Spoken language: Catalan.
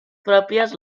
pròpies